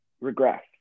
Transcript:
regress